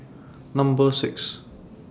Number six